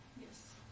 Yes